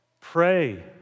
Pray